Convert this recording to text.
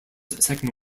second